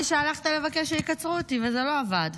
שהלכת לבקש שיקצרו אותי וזה לא עבד.